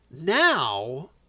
Now